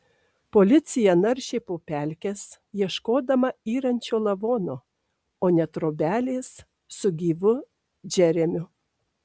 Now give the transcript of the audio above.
policija naršė po pelkes ieškodama yrančio lavono o ne trobelės su gyvu džeremiu